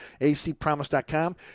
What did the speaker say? acpromise.com